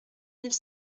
mille